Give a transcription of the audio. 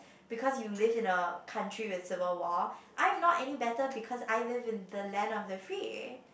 because you live in a country with visible wall I am not any better because I live in the land of the free